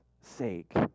sake